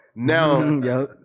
Now